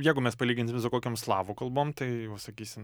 jeigu mes palyginsim su kokiom slavų kalbom tai va sakysim